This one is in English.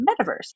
metaverse